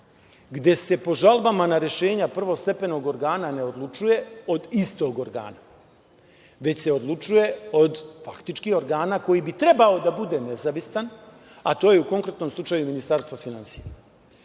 gde se po žalbama na rešenja prvostepenog organa ne odlučuje od istog organa, već se odlučuje od faktički organa koji bi trebao da bude nezavistan, a to je u konkretnom slučaju Ministarstvo